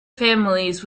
families